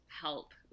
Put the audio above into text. help